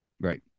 right